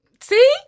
see